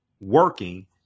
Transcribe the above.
working